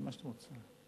מה שאתם רוצים.